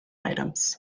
items